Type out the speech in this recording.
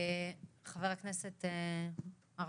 תודה, חבר הכנסת אבי מעוז.